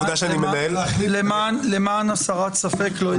למען הסר ספק, לא התגעגעתי.